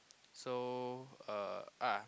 so uh ah